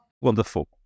wonderful